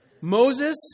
Moses